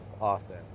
Austin